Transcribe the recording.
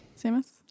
Samus